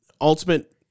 ultimate